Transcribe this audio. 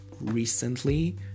recently